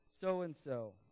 so-and-so